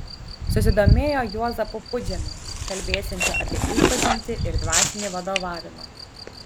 susidomėjo juozapu pudžemiu kalbėsiančiu apie išpažintį ir dvasinį vadovavimą